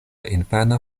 infana